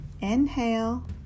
inhale